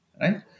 Right